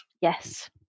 Yes